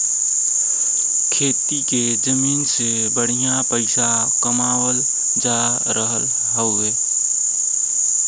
खेती के जमीन से बढ़िया पइसा कमावल जा रहल हौ